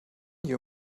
you